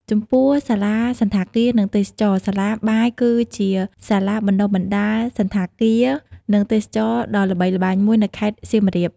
ចំពោះ សាលាសណ្ឋាគារ និងទេសចរណ៍ សាលាបាយ គឺជាសាលាបណ្តុះបណ្តាលសណ្ឋាគារ និងទេសចរណ៍ដ៏ល្បីល្បាញមួយនៅខេត្តសៀមរាប។